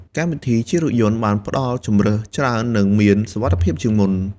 កម្មវិធីជិះរថយន្តបានផ្តល់ជម្រើសច្រើននិងមានសុវត្ថិភាពជាងមុន។